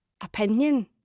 opinion